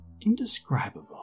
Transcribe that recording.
indescribable